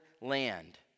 land